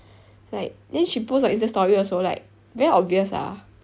like then she post on insta story also like very obvious sia